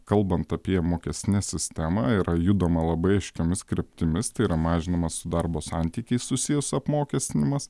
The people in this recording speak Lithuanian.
kalbant apie mokestinę sistemą yra judama labai aiškiomis kryptimis tai yra mažinamas su darbo santykiais susijęs apmokestinimas